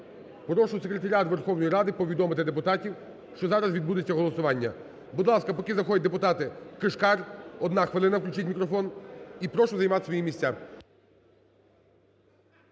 Прошу секретаріат Верховної Ради повідомити депутатів, що зараз відбудеться голосування. Будь ласка, поки заходять депутати, Кишкар, одна хвилина. Включіть мікрофон. І прошу займати свої місця.